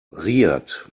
riad